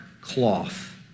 cloth